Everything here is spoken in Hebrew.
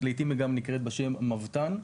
לעתים היחידה נקראת בשם מבת"ן,